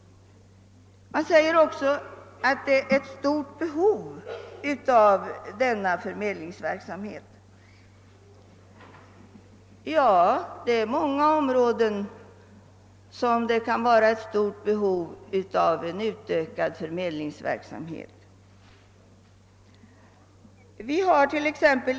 Det har också sagts att behovet av denna förmedlingsverksamhet är stort. Ja, det kan finnas ett stort behov av utökad förmedlingsverksamhet även på många andra områden.